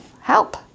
help